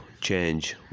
change